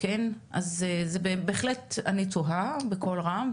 אז זה בהחלט, אני תוהה בקול רם.